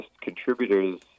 contributors